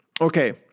Okay